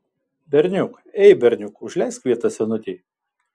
berniuk ei berniuk užleisk vietą senutei